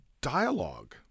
dialogue